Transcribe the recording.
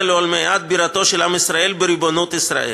לעולמי עד בירתו של עם ישראל בריבונות ישראל.